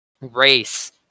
race